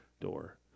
door